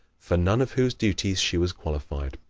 for none of whose duties she was qualified.